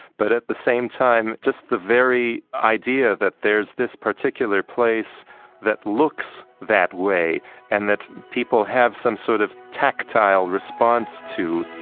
but, at the same time, just the very idea that there's this particular place that looks that way and that people have some sort of tactile response to